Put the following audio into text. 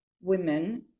women